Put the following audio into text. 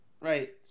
Right